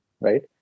right